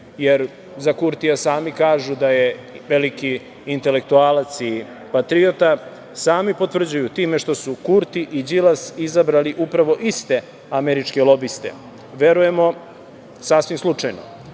jer za Kurtija sami kažu da je veliki intelektualac i patriota, sami potvrđuju time što su Kurti i Đilas izabrali upravo iste američke lobiste, verujemo sasvim slučajno. Očigledno